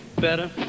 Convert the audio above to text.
better